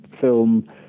film